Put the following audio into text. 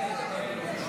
תודה רבה.